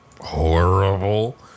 horrible